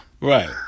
Right